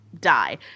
die